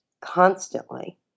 constantly